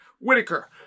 Whitaker